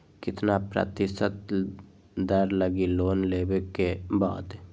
कितना प्रतिशत दर लगी लोन लेबे के बाद?